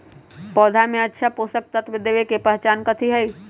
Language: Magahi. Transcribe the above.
पौधा में अच्छा पोषक तत्व देवे के पहचान कथी हई?